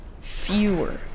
Fewer